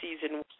season